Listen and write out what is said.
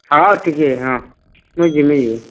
ହଁ ଟିକେ ହଁ ମୁଇଁ ଯିମି ଯେ